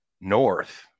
north